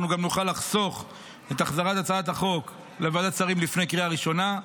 גם נוכל לחסוך את החזרת הצעת החוק לוועדת שרים לפני קריאה ראשונה.